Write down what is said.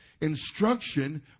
instruction